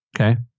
okay